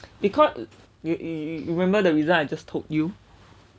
because you you you remember the reason I just told you